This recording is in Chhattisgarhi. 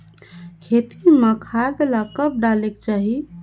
खेती म खाद ला कब डालेक चाही?